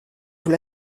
vous